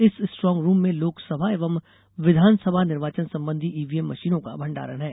इस strong room में लोक सभा एवं विधान सभा निर्वाचन संबंधी ईव्हीएम मशीनों का भण्डारण है